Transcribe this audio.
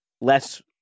less